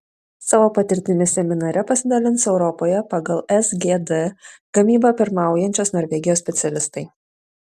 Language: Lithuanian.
savo patirtimi seminare pasidalins europoje pagal sgd gamybą pirmaujančios norvegijos specialistai